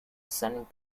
salen